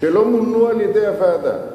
שלא מונו על-ידי הוועדה,